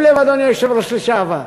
שים לב, אדוני היושב-ראש לשעבר,